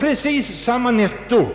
Precis samma netto